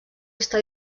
està